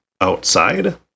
outside